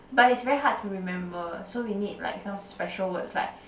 but it's very hard to remember so we need like some special words like